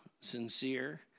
sincere